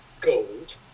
gold